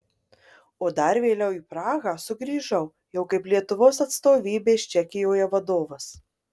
o dar vėliau į prahą sugrįžau jau kaip lietuvos atstovybės čekijoje vadovas